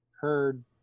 heard